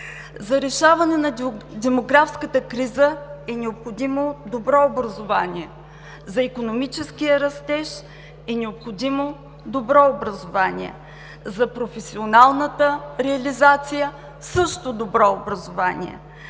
За решаване на демографската криза е необходимо добро образование, за икономическия растеж е необходимо добро образование. За професионалната реализация – също добро образование.